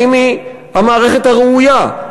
האם היא המערכת הראויה?